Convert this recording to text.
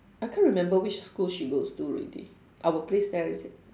I can't remember which school she goes to already our place there is it